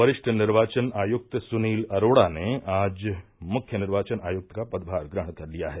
वरिष्ठ निर्वाचन आयुक्त सुनील अरोड़ा ने आज मुख्य निर्वाचन आयुक्त का पदभार ग्रहण कर लिया है